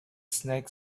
snake